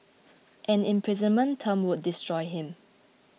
an imprisonment term would destroy him